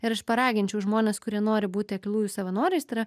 ir aš paraginčiau žmones kurie nori būti aklųjų savanoriais tai yra